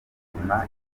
ubuzima